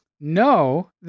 No